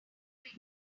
tried